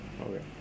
Okay